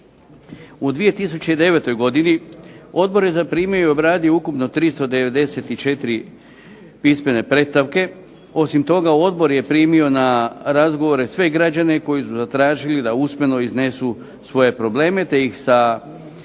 U 2009. godini Odbor je zaprimio i obradio ukupno 394 pismene predstavke. Osim toga Odbor je primio na razgovore sve građane koji su zatražili da usmeno iznesu svoje probleme, te ih se